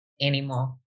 anymore